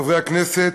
חברי הכנסת,